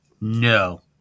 No